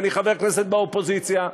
כשאני חבר כנסת באופוזיציה,